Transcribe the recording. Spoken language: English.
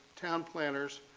town planners,